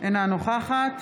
אינה נוכחת